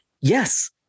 yes